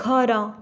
ଘର